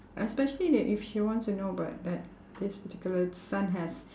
especially that if she wants to know about that this particular son has